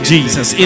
Jesus